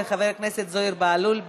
וחבר הכנסת זוהיר בהלול,